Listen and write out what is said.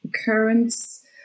occurrence